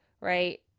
right